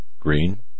Green